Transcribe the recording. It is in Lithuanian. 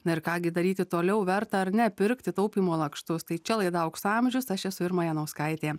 na ir ką gi daryti toliau verta ar ne pirkti taupymo lakštus tai čia laida aukso amžius aš esu irma janauskaitė